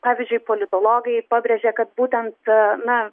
pavyzdžiui politologai pabrėžia kad būtent na